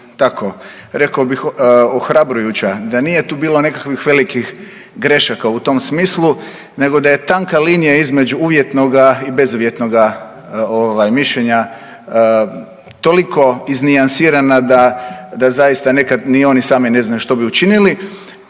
rekao bih ohrabrujuća. Da nije tu bilo nekakvih velikih grešaka u tom smislu, nego da je tanka linija između uvjetnoga i bezuvjetnoga mišljenja toliko iznijansirana, da zaista nekad ni oni sami ne znaju što bi učinili